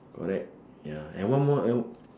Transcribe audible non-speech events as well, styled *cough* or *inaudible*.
correct ya and one more *noise*